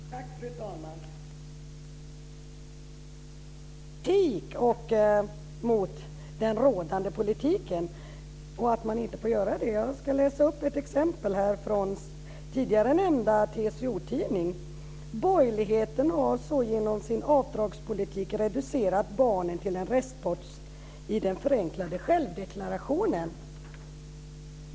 Fru talman! Jag vill säga något om det här med kritik mot den rådande ordningen och att man inte får ha någon sådan. Jag ska läsa upp ett exempel från tidigare nämnda TCO-tidning: Borgerligheten har så genom sin avdragspolitik reducerat barnen till en restpost i den förenklade självdeklarationen.